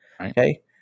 Okay